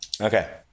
Okay